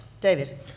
David